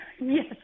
yes